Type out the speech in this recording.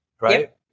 right